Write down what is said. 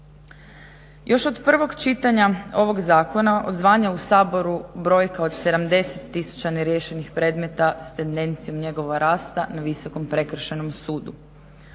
Još od prvog čitanja ovog zakona odzvanja u Saboru brojka od 70000 neriješenih predmeta s tendencijom njegova rasta na Visokom prekršajnom sudu.